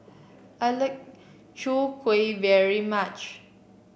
I like Chwee Kueh very much